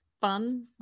fun